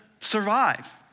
survive